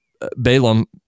Balaam